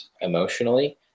emotionally